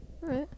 right